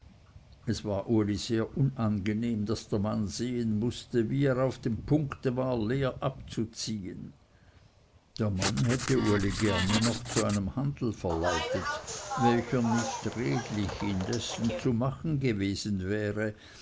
es war uli sehr unangenehm daß der mann sehen mußte wie er auf dem punkte war leer abzuziehen der mann hätte uli gerne noch zu einem handel verleitet welcher nicht redlich indes zu machen gewesen wäre